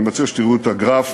אני מציע שתראו את הגרף